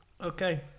Okay